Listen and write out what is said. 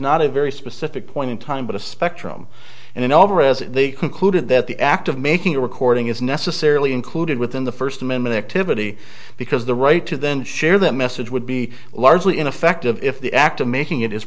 not a very specific point in time but a spectrum and then over as they concluded that the act of making a recording is necessarily included within the first amendment activity because the right to then share that message would be largely ineffective if the act of making it is